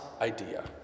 idea